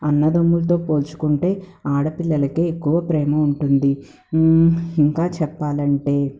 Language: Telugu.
అన్నదమ్ములతో పోల్చుకుంటే ఆడపిల్లలకే ఎక్కువ ప్రేమ ఉంటుంది ఇంకా చెప్పాలంటే